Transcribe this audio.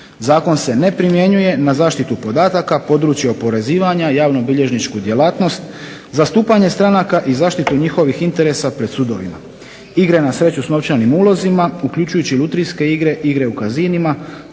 Zakon se ne primjenjuje na zaštitu podataka, područje oporezivanja, javnobilježničku djelatnost, zastupanje stranaka i zaštitu njihovih interesa pred sudovima, igre na sreću s novčanim ulozima, uključujući lutrijske igre, igre u kasinima,